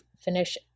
finish